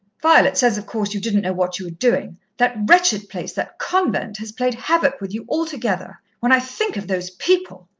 violet says of course you didn't know what you were doing. that wretched place that convent has played havoc with you altogether. when i think of those people!